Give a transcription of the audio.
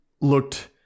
looked